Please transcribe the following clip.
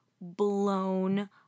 blown